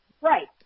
Right